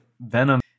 Venom